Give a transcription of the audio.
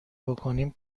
بکنیم